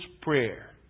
prayer